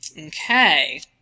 Okay